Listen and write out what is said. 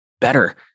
better